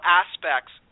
aspects